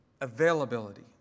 availability